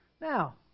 Now